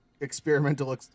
experimental